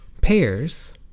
pairs